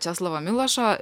česlovo milošo